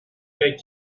فکر